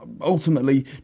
ultimately